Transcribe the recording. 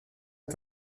est